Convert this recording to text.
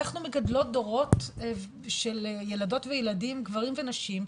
אנחנו מגדלות דורות של ילדות וילדים, גברים ונשים,